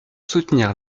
soutenir